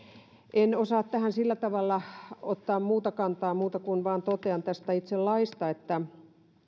en osaa tähän sillä tavalla ottaa kantaa muuten kuin vain totean tästä itse laista että